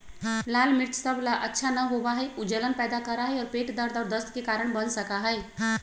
लाल मिर्च सब ला अच्छा न होबा हई ऊ जलन पैदा करा हई और पेट दर्द और दस्त के कारण बन सका हई